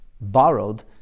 borrowed